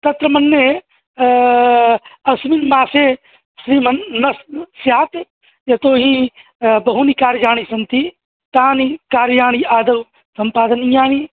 तत्र मन्ये अस्मिन् मासे श्रीमन् न स्यात् यतोहि बहूनि कार्याणि सन्ति तानि कार्याणि आदौ सम्पादनियानि